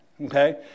okay